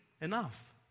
enough